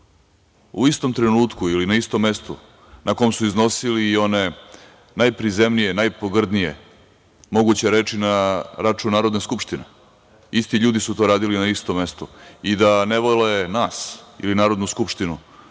u istom trenutku ili na istom mestu na kom su iznosili i one najprizemnije, najpogrdnije moguće reći na račun Narodne skupštine. Isti ljudi su to radili na istom mestu. I da ne vole nas ili Narodnu skupštinu,